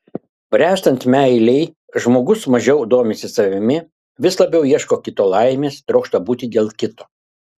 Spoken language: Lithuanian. bręstant meilei žmogus mažiau domisi savimi vis labiau ieško kito laimės trokšta būti dėl kito